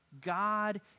God